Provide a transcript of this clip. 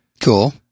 Cool